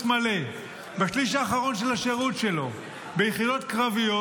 מלא בשליש האחרון של השירות שלו ביחידות קרביות,